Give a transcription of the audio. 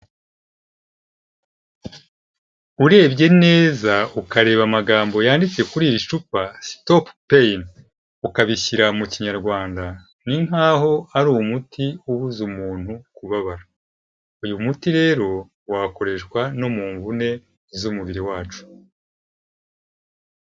Urebye neza ukareba amagambo yanditse kuri iri cupa stop pain, ukabishyira mu Kinyarwanda ni nk'aho ari umuti ubuza umuntu kubabara, uyu muti rero wakoreshwa no mu mvune z'umubiri wacu.